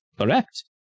Correct